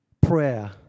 prayer